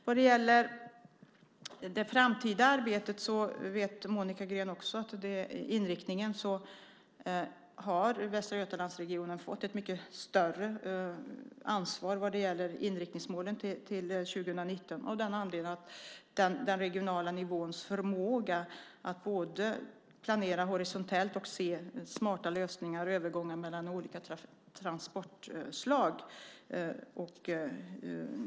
Vad gäller det framtida arbetet vet Monica Green också att när det gäller inriktningen har Västra Götalandsregionen fått ett mycket större ansvar vad gäller inriktningsmålen till 2019 på grund av den regionala nivåns förmåga att både planera horisontellt och se smarta lösningar och övergångar mellan olika transportslag.